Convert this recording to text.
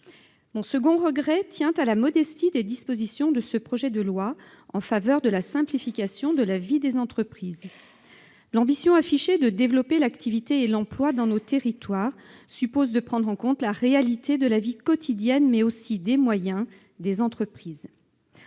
Mon second regret tient à la modestie des dispositions de ce projet de loi en faveur de la simplification de la vie des entreprises. L'ambition affichée de développer l'activité et l'emploi dans nos territoires suppose de prendre en compte la réalité de la vie quotidienne, mais aussi des moyens des entreprises.